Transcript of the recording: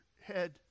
head